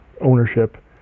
ownership